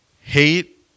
hate